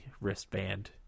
wristband